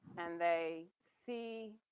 and they see